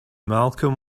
malcolm